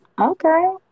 Okay